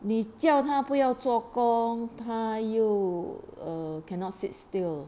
你叫她不要做工她又 err cannot sit still